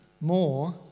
more